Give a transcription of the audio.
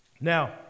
now